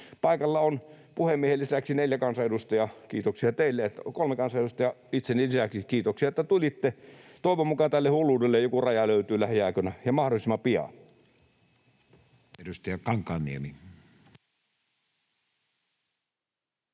Paikalla on puhemiehen lisäksi neljä kansanedustajaa, kolme kansanedustajaa itseni lisäksi — kiitoksia teille, että tulitte. Toivon mukaan tälle hulluudelle joku raja löytyy lähiaikoina, ja mahdollisimman pian. [Speech